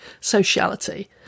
sociality